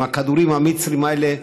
עם הכדורים המצריים האלה.